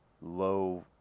low